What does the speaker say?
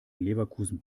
leverkusen